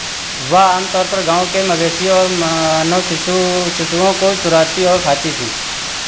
वह आम तौर पर गाँव के मवेशियों और मानव शिशु शिशुओं को चुराती और खाती थी